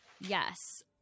Yes